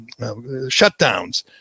shutdowns